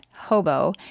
hobo